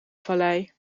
vallei